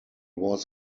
was